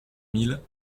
mille